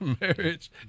marriage